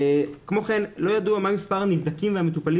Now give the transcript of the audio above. כמו כן לא ידוע מה מספר הנבדקים והמטופלים